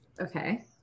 Okay